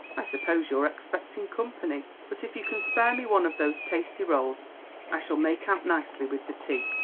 i suppose you're expecting company but if you can spare me one of those tasty rolls i shall make out nicely with the tea.